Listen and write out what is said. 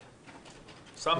אוסאמה,